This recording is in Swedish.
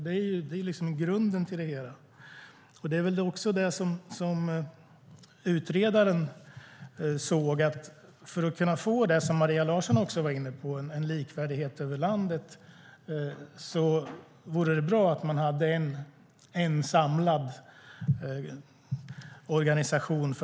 Detta är grunden för det hela. Även utredaren såg att för att få det Maria Larsson var inne på, det vill säga en likvärdighet över landet, vore det bra med en samlad organisation.